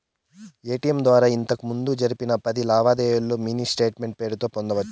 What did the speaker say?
ATM ద్వారా ఇంతకిముందు జరిపిన పది లావాదేవీల్లో మినీ స్టేట్మెంటు పేరుతో పొందొచ్చు